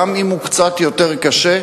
גם אם קצת יותר קשה,